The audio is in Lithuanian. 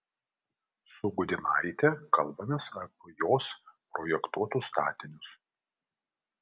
su gudynaite kalbamės apie jos projektuotus statinius